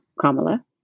kamala